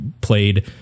played